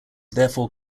therefore